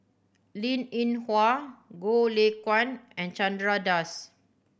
Linn In Hua Goh Lay Kuan and Chandra Das